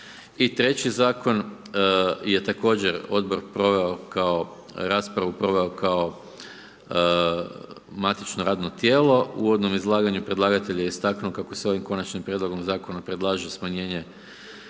treći Zakon je također Odbor proveo kao raspravu, proveo kao matično radno tijelo. U uvodnom izlaganju predlagatelj je istaknuo kako se ovim Konačnim prijedlogom Zakona predlaže smanjenje